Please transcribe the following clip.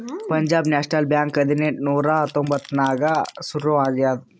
Punjab national bank ಹದಿನೆಂಟ್ ನೂರಾ ತೊಂಬತ್ತ್ ನಾಕ್ನಾಗ್ ಸುರು ಆಗ್ಯಾದ